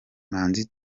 manzi